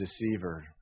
deceiver